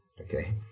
Okay